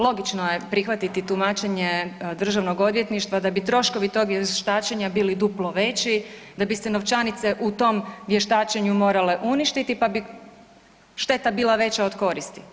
Logično je prihvatiti tumačenje državnog odvjetništva da bi troškovi tog vještačenja bili duplo veći, da bi se novčanice u tom vještačenju morale uništiti, pa bi šteta bila veća od koristi.